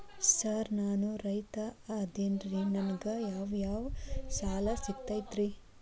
Sir ನಾನು ರೈತ ಅದೆನ್ರಿ ನನಗ ಯಾವ್ ಯಾವ್ ಸಾಲಾ ಸಿಗ್ತೈತ್ರಿ?